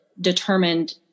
determined